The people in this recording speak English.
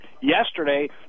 Yesterday